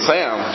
Sam